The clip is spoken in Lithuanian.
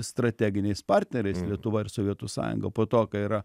strateginiais partneriais lietuva ir sovietų sąjunga po to ką yra